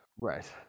right